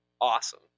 Awesome